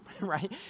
right